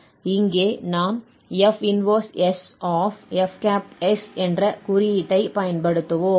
இங்கே நாம் Fs 1 என்ற குறியீட்டைப் பயன்படுத்துவோம்